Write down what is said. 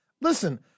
Listen